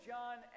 John